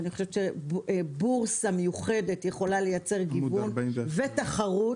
בורסה מיוחדת יכולה לייצר גיוון ותחרות.